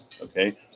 okay